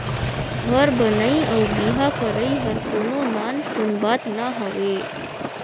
घर बनई अउ बिहा करई हर कोनो नान सून बात ना हवे